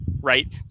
right